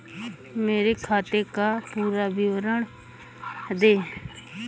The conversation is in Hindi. मेरे खाते का पुरा विवरण दे?